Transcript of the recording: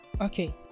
Okay